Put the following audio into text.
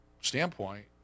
standpoint